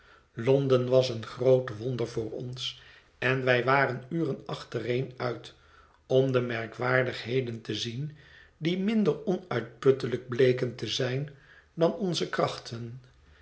londen was een groot wonder voor ons en wij waren uren achtereen uit om de merkwaardigheden te zien die minder onuitputtelijk bleken te zijn dan onze krachten